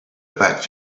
back